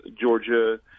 Georgia